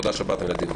תודה שבאתם לדיון.